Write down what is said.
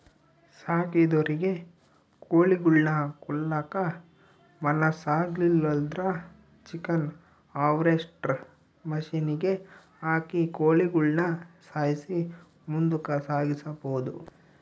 ಸಾಕಿದೊರಿಗೆ ಕೋಳಿಗುಳ್ನ ಕೊಲ್ಲಕ ಮನಸಾಗ್ಲಿಲ್ಲುದ್ರ ಚಿಕನ್ ಹಾರ್ವೆಸ್ಟ್ರ್ ಮಷಿನಿಗೆ ಹಾಕಿ ಕೋಳಿಗುಳ್ನ ಸಾಯ್ಸಿ ಮುಂದುಕ ಸಾಗಿಸಬೊದು